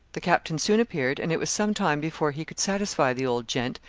the captain soon appeared, and it was sometime before he could satisfy the old gent,